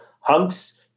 hunks